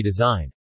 redesign